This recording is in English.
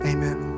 Amen